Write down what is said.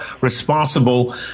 responsible